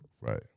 Right